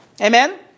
Amen